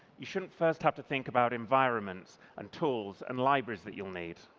you shouldn't first have to think about environments and tools and libraries that you'll need.